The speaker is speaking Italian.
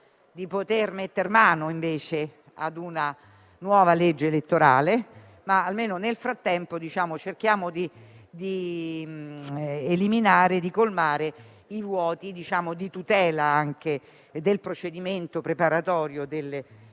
di poter mettere mano a una nuova legge elettorale, ma nel frattempo cerchiamo almeno di colmare i vuoti di tutela del procedimento preparatorio delle elezioni